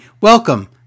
Welcome